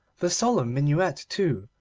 the solemn minuet, too,